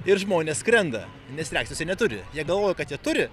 ir žmonės skrenda nes reakcijos jie neturi jie galvoja kad jie turi